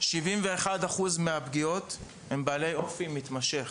71% מהפגיעות הן בעלי אופי מתמשך